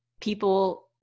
people